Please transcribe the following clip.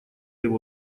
его